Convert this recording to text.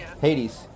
Hades